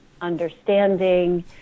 understanding